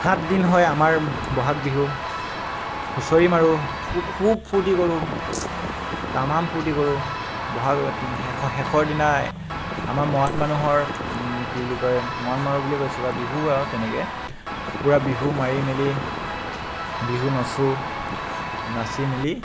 সাত দিন হয় আমাৰ ব'হাগ বিহু হুঁচৰি মাৰো ফুব খুব ফূৰ্তি কৰো তামাম ফূৰ্তি কৰো ব'হাগত শেষৰ দিনা আমাৰ মৰাণ মানুহৰ কি বুলি কয় মৰাণ মাৰো বুলি কৈছো বিহু আৰু তেনেকৈ পূৰা বিহু মাৰি মেলি বিহু নাচো নাচি মেলি